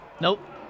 Nope